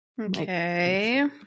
Okay